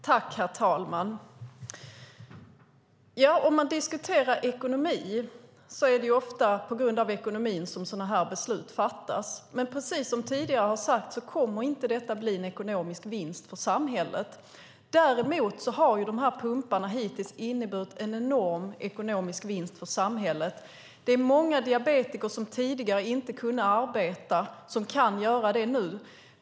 Herr talman! Det är ofta på grund av ekonomi som sådana här beslut fattas, men precis som tidigare har sagts kommer inte detta att medföra en ekonomisk vinst för samhället. Tvärtom har de här pumparna hittills inneburit en enorm ekonomisk vinst för samhället. Det är många diabetiker som tidigare inte kunde arbeta som kan göra det nu.